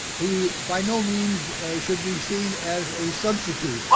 he by no means should be seen as a substitute,